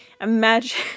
imagine